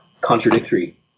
contradictory